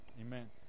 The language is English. Amen